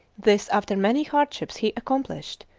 this after many hardships he accomplished,